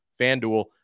FanDuel